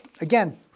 again